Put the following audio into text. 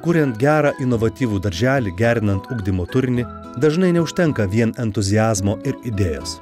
kuriant gerą inovatyvų darželį gerinant ugdymo turinį dažnai neužtenka vien entuziazmo ir idėjos